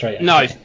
no